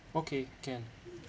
okay can